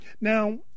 Now